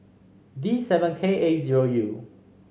D seven K A zero U